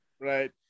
Right